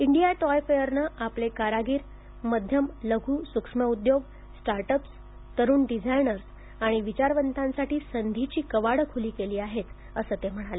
India toy फेअरनं आपले कारागीर मध्यम लघु सूक्ष्म उद्योग स्टार्टअप्स तरुण डिझायनर्स आणि विचारवंतांसाठी संधीची कवाडं खुली केली आहेत असं ते म्हणाले